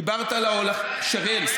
דיברת על ההולכה, שרן.